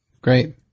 Great